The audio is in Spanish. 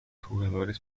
jugadores